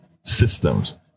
systems